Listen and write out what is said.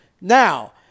Now